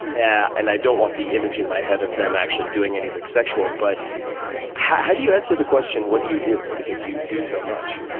and i don't want the image in my head of them actually doing anything sexual but how do you answer the question, what do yo do, because you do so much?